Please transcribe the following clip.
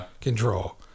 control